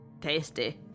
Tasty